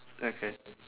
okay